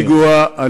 הפיגוע הזה,